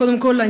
קודם כול,